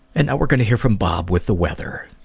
and now we're going to hear from bob with the weather.